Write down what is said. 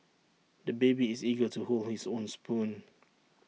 the baby is eager to hold his own spoon